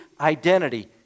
identity